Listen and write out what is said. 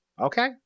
Okay